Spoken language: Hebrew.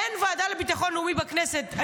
אין ועדה לביטחון לאומי בכנסת.